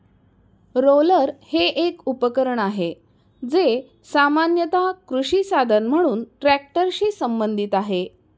roller हे एक उपकरण आहे, जे सामान्यत कृषी साधन म्हणून ट्रॅक्टरशी संबंधित आहे